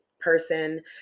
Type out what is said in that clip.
person